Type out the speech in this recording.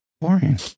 boring